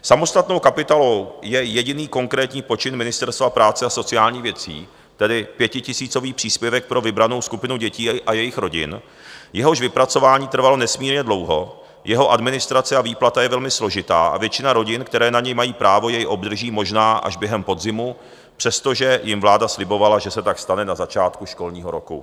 Samostatnou kapitolou je jediný konkrétní počin Ministerstva práce a sociálních věcí, tedy pětitisícový příspěvek pro vybranou skupinu dětí a jejich rodin, jehož vypracování trvalo nesmírně dlouho, jeho administrace a výplata je velmi složitá a většina rodin, které na něj mají právo, jej obdrží možná až během podzimu, přestože jim vláda slibovala, že se tak stane na začátku školního roku.